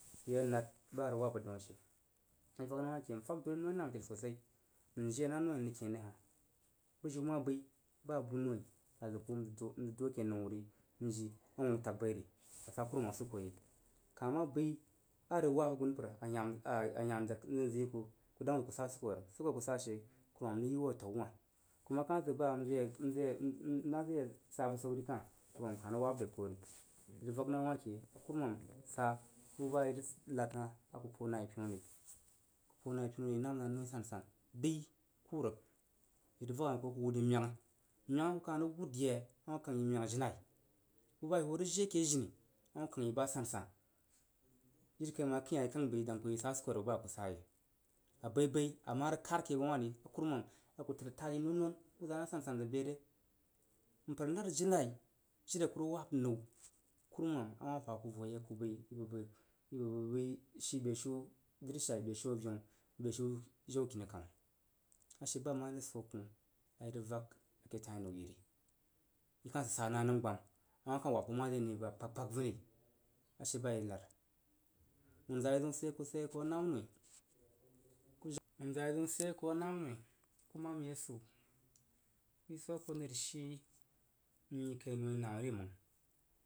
Bag ye nad ba arəg wab bəg dau ashe. I rəg vak nah wah ke n fag dari noi nami təri sosai njii na ni nrəg ken re hah, bəjiu ma bəi ba bu noi a zəg ku n zəg du a ke nəu n jii a wunu wu tag bai ri a sa kurum usuko yei. Kah ma səi a rəg wab agunpərayen a yen zəg n zəg nzəb yi ku ku dang wuin ko sa wu usuko rəg suko a ku sa she kurumam rəg yi wu ataó wah, kuma kah zəg ba nzəg nzəgye mma zəg ye sa bəsau ri kah kurumam kah rəg wab re ku ri. Irəg vak na wah ke a kurumamsa bu ba i rəg nad hah a ka puu na yi pinu ri. A ka puu na yi pinu ri i nam na nji sansan. Dəi ku rəgi, i rag vah ko ri aku weld na yi miengh, miengh a ku kah rəg wud yei a wah kan yi miengh ajinai bu ba i hoo rəg jin ake jini a wah kang yi ba san san abai bai ama rəg kad ke yau wah ri a ku təd zəg tad a ban a ku zana asansan bəire. Mpər nad a jinai jiri a ku rəg wab nəu, a kurum a wah hwa ku vo yei. I bəg bəi shi beshiu dri shai beshiu aveun, beshiu jau kini kama ashe ba mare swo koh irəg vag a ke tainəu yi i kah sid sa na nəm gbam, a wah kah wab ho mare ane aba kpagkpag vunri ashe ba i rəg nad. Wunza yi zəun sidyei ku sidyei a ku a namnoi ku jag wunza yi zəun sidye ku anamnoi. Ku mam yi a asəu, ku yi swo a ku nəri shi nyi kai noi namri məng